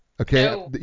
Okay